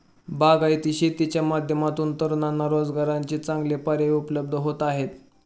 बागायती शेतीच्या माध्यमातून तरुणांना रोजगाराचे चांगले पर्याय उपलब्ध होत आहेत